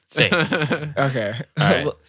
Okay